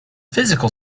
physical